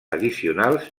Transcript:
addicionals